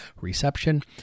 Reception